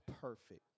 perfect